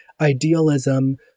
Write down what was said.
idealism